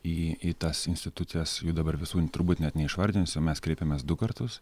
į į tas institucijas jų dabar visų turbūt net neišvardinsiu mes kreipėmės du kartus